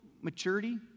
maturity